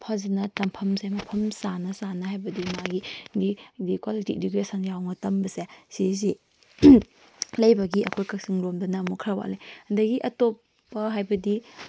ꯐꯖꯅ ꯇꯝꯐꯝꯁꯦ ꯃꯐꯝ ꯆꯥꯅ ꯆꯥꯅ ꯍꯥꯏꯕꯗꯤ ꯃꯥꯒꯤ ꯀ꯭ꯋꯥꯂꯤꯇꯤ ꯏꯗꯨꯀꯦꯁꯟ ꯌꯥꯎꯅ ꯇꯝꯕꯁꯦ ꯑꯁꯤꯁꯤ ꯂꯩꯕꯒꯤ ꯑꯩꯈꯣꯏ ꯀꯛꯆꯤꯡꯂꯣꯝꯗꯅ ꯑꯃꯨꯛ ꯈꯔ ꯋꯥꯠꯂꯦ ꯑꯗꯨꯗꯒꯤ ꯑꯇꯣꯞꯄ ꯍꯥꯏꯕꯗꯤ